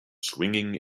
swinging